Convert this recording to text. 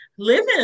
Living